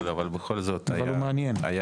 אבל בכל זאת היה סיפור.